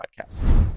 podcasts